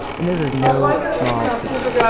and this is no small feat